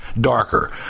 darker